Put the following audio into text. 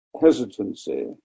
hesitancy